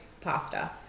pasta